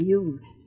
use